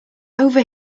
over